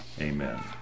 Amen